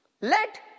Let